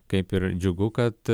kaip ir džiugu kad